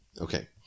Okay